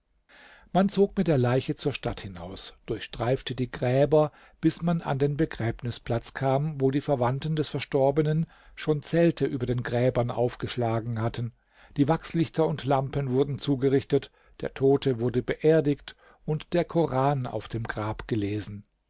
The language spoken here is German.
man zog mit der leiche zur stadt hinaus durchstreifte die gräber bis man an den begräbnisplatz kam wo die verwandten des verstorbenen schon zelte über den gräbern aufgeschlagen hatten die wachslichter und lampen wurden zugerichtet der tote wurde beerdigt und der koran auf dem grab gelesen